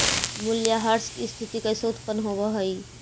मूल्यह्रास की स्थिती कैसे उत्पन्न होवअ हई?